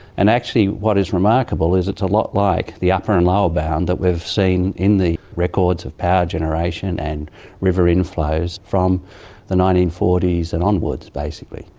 and actually what is remarkable is it's a lot like the upper and lower bound that we've seen in the records of power generation and river inflows from the nineteen forty s and onwards basically.